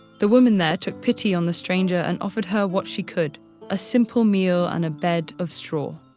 the woman there took pity on the stranger and offered her what she could a simple meal and a bed of straw.